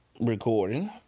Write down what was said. recording